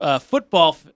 football